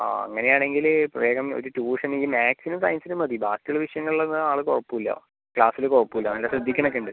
ആ അങ്ങനെ ആണെങ്കിൽ ഇപ്പോൾ വേഗം ഒരു ട്യൂഷന് മാത്സിനും സയൻസിനും മതി ബാക്കി ഉള്ള വിഷയങ്ങളിൽ ഒന്നും ആൾ കുഴപ്പമില്ല ക്ലാസ്സിൽ കുഴപ്പമില്ല നല്ല ശ്രദ്ധിക്കുന്നൊക്കെ ഉണ്ട്